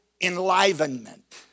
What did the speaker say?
enlivenment